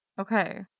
Okay